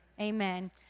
Amen